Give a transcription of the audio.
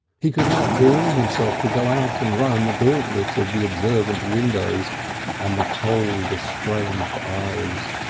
he could not bring himself to go out and run the gauntlet of the observant windows and the cold estranged eyes.